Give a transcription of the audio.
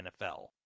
NFL